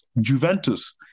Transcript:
Juventus